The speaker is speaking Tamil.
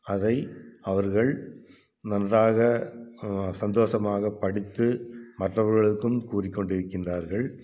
அதை அவர்கள் நன்றாக சந்தோஷமாகப் படித்து மற்றவர்களுக்கும் கூறிக்கொண்டிருக்கின்றார்கள்